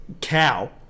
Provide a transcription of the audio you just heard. cow